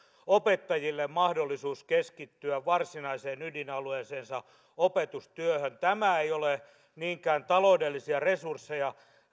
opettajille mahdollisuus keskittyä varsinaiseen ydinalueeseensa opetustyöhön tämä ei ole niinkään taloudellisia resursseja